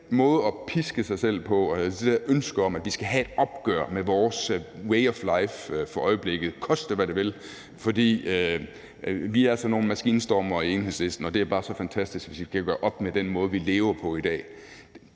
måde at piske sig selv på, altså dette ønske om, at vi skal have et opgør med vores way of life for øjeblikket, koste hvad det vil – fordi man bare er sådan nogle maskinstormere i Enhedslisten, og det er bare så fantastisk, hvis man kan gøre op med den måde, vi lever på i dag